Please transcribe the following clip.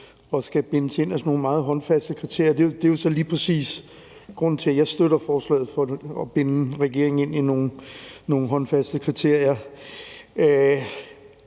skal bindes ind af sådan nogle meget håndfaste kriterier. Det er jo så lige præcis grunden til, at jeg støtter forslaget, altså for at binde regeringen ind i nogle håndfaste kriterier.